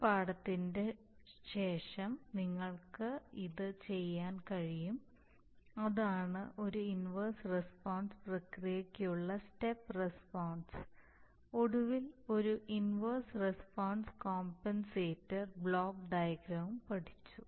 ഈ പാഠത്തിന് ശേഷം നിങ്ങൾക്ക് ഇത് ചെയ്യാൻ കഴിയും അതാണ് ഒരു ഇൻവർസ് റസ്പോൺസ് പ്രക്രിയയ്ക്കുള്ള സ്റ്റെപ്പ് റസ്പോൺസ് ഒടുവിൽ ഒരു ഇൻവർസ് റസ്പോൺസ് കോമ്പൻസേറ്ററിന്റെ ബ്ലോക്ക് ഡയഗ്രാമും പഠിച്ചു